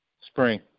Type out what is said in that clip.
Spring